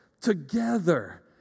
together